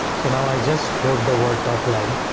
so now i just wrote the word top line.